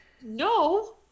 No